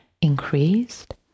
increased